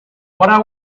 what